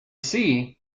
see